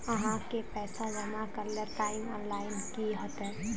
आहाँ के पैसा जमा करे ले टाइम लाइन की होते?